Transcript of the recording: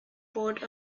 board